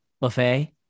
buffet